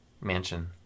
mansion